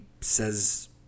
says